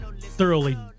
thoroughly